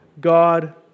God